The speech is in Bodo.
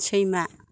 सैमा